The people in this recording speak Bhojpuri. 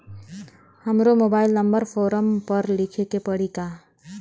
हमरो मोबाइल नंबर फ़ोरम पर लिखे के पड़ी का?